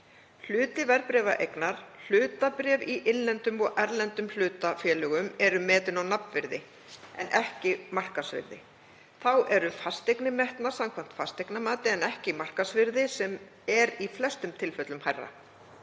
Hluti verðbréfaeignar, hlutabréf í innlendum og erlendum hlutafélögum, er metinn á nafnvirði en ekki markaðsvirði. Þá eru fasteignir metnar samkvæmt fasteignamati en ekki markaðsvirði sem er í flestum tilfellum hærra.